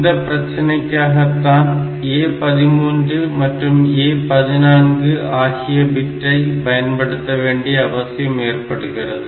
இந்த பிரச்சனைக்காக தான் A13 மற்றும் A14 ஆகிய பிட்டை பயன்படுத்த வேண்டிய அவசியம் ஏற்படுகிறது